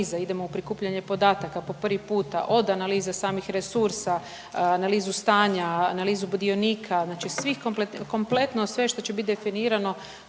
idemo u prikupljanje podataka po prvi puta od analize samih resursa, analizu stanja, analizu budionika, znači svih komple…, kompletno sve što će bit definirano